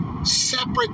separate